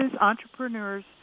entrepreneurs